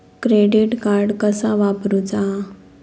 Credit card कसा वापरूचा?